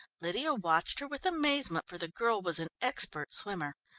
lydia watched her with amazement, for the girl was an expert swimmer.